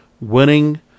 winning